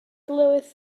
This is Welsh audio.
glywais